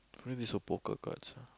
where is your poker cards